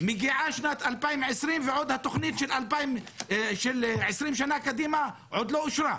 מגיעה שנת 2020 והתוכנית של 20 שנה קדימה עוד לא אושרה.